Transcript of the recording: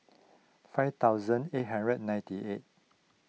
five thousand eight hundred ninety eight